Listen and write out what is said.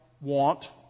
want